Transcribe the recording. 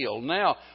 Now